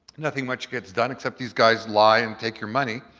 nothing much gets done except these guys lie and take your money.